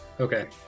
Okay